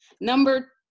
Number